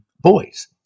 boys